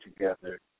together